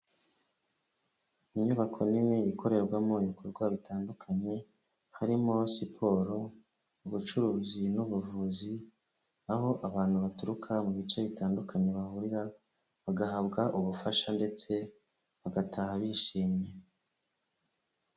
Inyubako nini ikorerwamo ibikorwa bitandukanye, harimo siporo ubucuruzi n'ubuvuzi, aho abantu baturuka mu bice bitandukanye bahurira bagahabwa ubufasha ndetse bagataha bishimye.